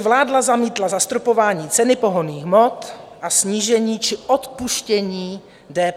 Vláda zamítla zastropování ceny pohonných hmot a snížení či odpuštění DPH.